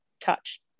touch